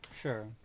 Sure